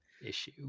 issue